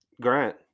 Grant